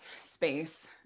space